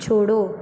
छोड़ो